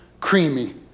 creamy